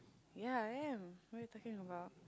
ya I am what you talking about